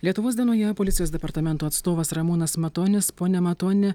lietuvos dienoje policijos departamento atstovas ramūnas matonis pone matoni